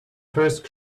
first